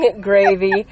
gravy